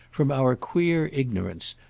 from our queer ignorance,